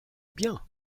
bien